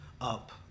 up